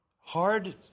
hard